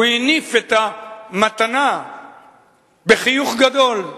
הוא הניף את המתנה בחיוך גדול.